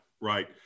right